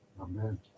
Amen